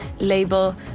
label